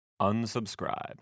unsubscribe